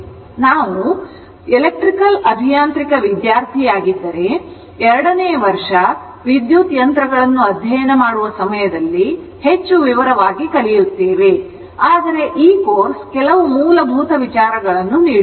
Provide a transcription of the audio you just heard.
ಆದ್ದರಿಂದ ನಂತರ ನಾವು ಎಲೆಕ್ಟ್ರಿಕಲ್ ಅಭಿಯಾಂತ್ರಿಕ ವಿದ್ಯಾರ್ಥಿಯಾಗಿದ್ದರೆ ಎರಡನೇ ವರ್ಷ ವಿದ್ಯುತ್ ಯಂತ್ರಗಳನ್ನು ಅಧ್ಯಯನ ಮಾಡುವ ಸಮಯದಲ್ಲಿ ಹೆಚ್ಚು ವಿವರವಾಗಿ ಕಲಿಯುತ್ತೇವೆ ಆದರೆ ಈ ಕೋರ್ಸ್ ಕೆಲವು ಮೂಲಭೂತ ವಿಚಾರಗಳನ್ನು ನೀಡುತ್ತದೆ